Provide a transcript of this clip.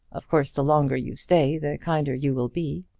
of course, the longer you stay, the kinder you will be.